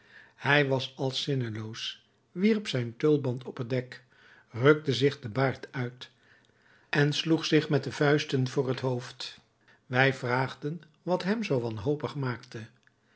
hij was als zinneloos wierp zijn tulband op het dek rukte zich den baard uit en sloeg zich met de vuisten voor het hoofd wij vraagden wat hem zoo wanhopig maakte